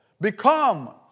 Become